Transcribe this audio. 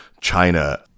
China